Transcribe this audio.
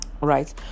right